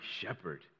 shepherd